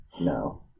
No